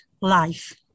life